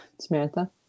Samantha